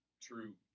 true